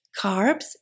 Carbs